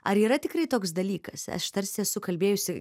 ar yra tikrai toks dalykas aš tarsi esu kalbėjusi